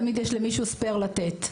תמיד יש למישהו ספייר לתת.